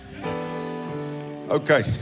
Okay